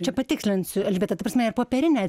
čia patikslinsiu elžbieta ta prasme ir popierinę